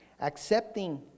accepting